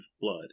blood